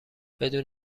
بدون